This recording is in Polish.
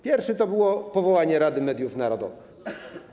Pierwszy to było powołanie Rady Mediów Narodowych.